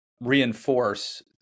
reinforce